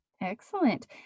Excellent